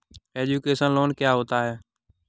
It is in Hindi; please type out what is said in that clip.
एजुकेशन लोन क्या होता है?